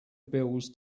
bills